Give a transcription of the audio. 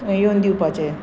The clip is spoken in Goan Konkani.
येवन दिवपाचे